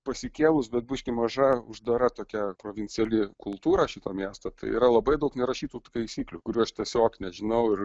pasikėlus bet biški maža uždara tokia provinciali kultūra šito miesto tai yra labai daug nerašytų taisyklių kurių aš tiesiog nežinau ir